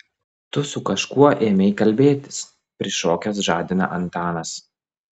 tu su kažkuo ėmei kalbėtis prišokęs žadina antanas